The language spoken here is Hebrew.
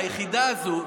ליחידה הזו,